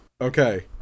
okay